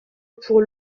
pour